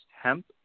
hemp